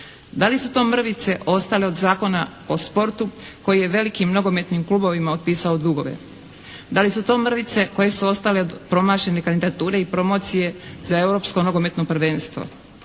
Da li su to mrvice ostale od Zakona o sportu koji je velikim nogometnim klubovima otpisao dugove? Da li su to mrvice koje su ostale od promašene kandidature i promocije za Europsko nogometno prvenstvo?